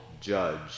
judge